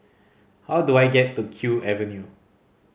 how do I get to Kew Avenue